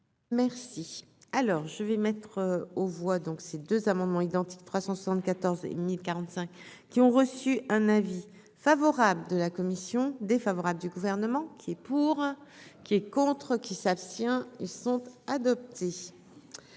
Merci, alors je vais mettre aux voix, donc ces deux amendements identiques 374045. Qui ont reçu un avis favorable de la commission défavorable du gouvernement qui est pour, qui est contre qui s'abstient ils sont adoptés